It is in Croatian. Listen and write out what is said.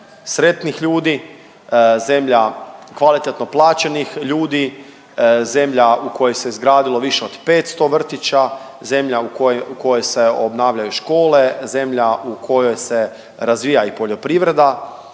sretnih ljudi, zemlja kvalitetno plaćenih ljudi, zemlja u kojoj se izgradilo više od 500 vrtića, zemlja u kojoj se obnavljaju škole, zemlja u kojoj se razvija i poljoprivreda.